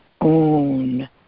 own